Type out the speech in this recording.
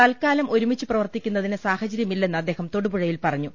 തൽക്കാലം ഒരുമിച്ച് പ്രവർത്തിക്കുന്നതിന് സാഹചര്യമില്ലെന്ന് അദ്ദേഹം തൊടുപുഴയിൽ പറഞ്ഞു